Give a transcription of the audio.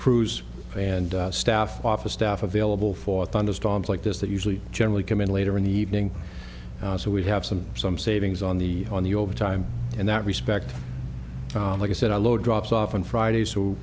s and staff office staff available for thunderstorms like this that usually generally come in later in the evening so we have some some savings on the on the overtime in that respect like i said i load drops off on friday so